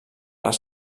les